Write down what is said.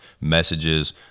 messages